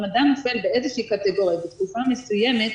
אם אדם נופל באיזושהי קטגוריה בתקופה מסוימת,